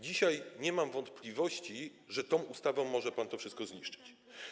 Dzisiaj nie mam wątpliwości, że tą ustawą może pan to wszystko zniszczyć.